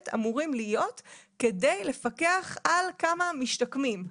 אמורים להיות כדי לפקח על כמה משתקמים.